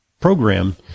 program